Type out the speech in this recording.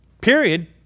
Period